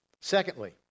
Secondly